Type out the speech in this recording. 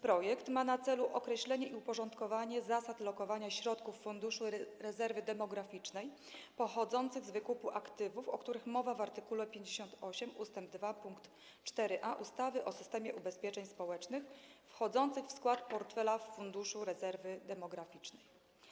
Projekt ma na celu określenie i uporządkowanie zasad lokowania środków Funduszu Rezerwy Demograficznej pochodzących z wykupu aktywów, o których mowa w art. 58 ust. 2 pkt 4a ustawy o systemie ubezpieczeń społecznych, wchodzących w skład portfela Funduszu Rezerwy Demograficznej.